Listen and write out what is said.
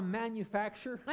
manufacture